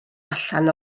allan